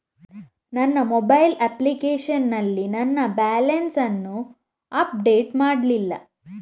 ನನ್ನ mobile application ನಲ್ಲಿ ನನ್ನ ಬ್ಯಾಲೆನ್ಸ್ ಅನ್ನು ಅಪ್ಡೇಟ್ ಮಾಡ್ಲಿಲ್ಲ